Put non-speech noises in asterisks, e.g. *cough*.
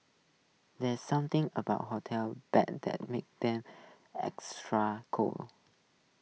there's something about hotel beds that makes them extra *unintelligible*